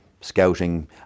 scouting